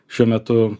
šiuo metu